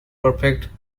perfect